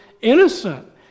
innocent